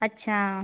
अच्छा